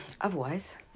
Otherwise